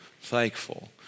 thankful